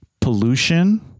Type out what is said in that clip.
pollution